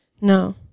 No